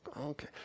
okay